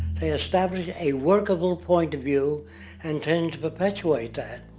they established a workable point of view and tend to perpetuate that.